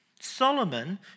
Solomon